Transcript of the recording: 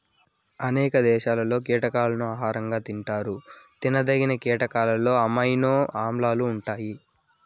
అనేక దేశాలలో కీటకాలను ఆహారంగా తింటారు తినదగిన కీటకాలలో అమైనో ఆమ్లాలు ఉంటాయి